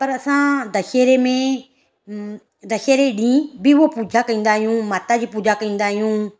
पर असां दशहरे में दशहरे ॾींहं बि उहो पूजा कंदा आहियूं माता जी पूजा कंदा आहियूं